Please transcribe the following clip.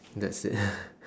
that's it